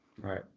right